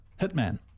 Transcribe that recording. hitman